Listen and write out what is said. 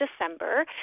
December